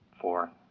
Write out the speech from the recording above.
Four